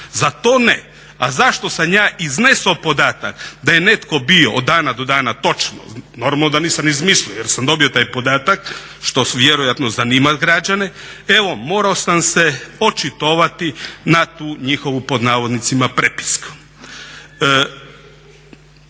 za to. A zašto sam ja izneso podatak da je netko bio od dana do dana točno, normalno da nisam izmislio jer sam dobio taj podatak što vjerojatno zanima građane, evo morao sam se očitovati na tu njihovu "prepisku".